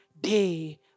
day